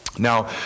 Now